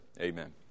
Amen